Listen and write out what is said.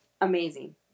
amazing